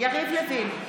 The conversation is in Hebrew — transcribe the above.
יריב לוין,